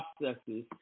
processes